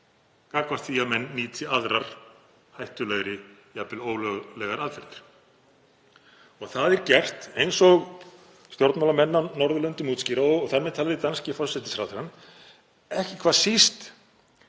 gagnvart því að menn nýti aðrar hættulegri, jafnvel ólöglegar, aðferðir. Það er gert, eins og stjórnmálamenn á Norðurlöndum útskýra og þar með talið danski forsætisráðherrann, ekki hvað síst